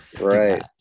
right